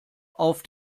auf